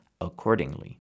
accordingly